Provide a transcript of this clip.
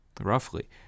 roughly